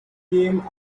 came